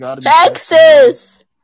Texas